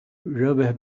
rubber